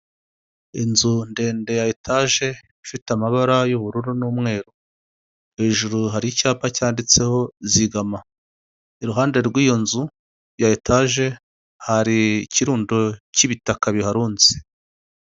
Inzu ndende ya etaje ifite amabara y'ubururu n'umweru, hejuru hari icyapa cyanditseho zigama. Iruhande rw'iyo nzu ya etaje, hari ikirundo cy'ibitaka biharunze.